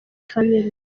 family